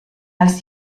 als